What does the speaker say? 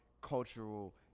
cultural